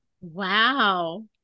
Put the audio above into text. Wow